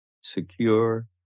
secure